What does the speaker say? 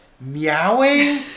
meowing